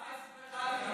חס וחלילה.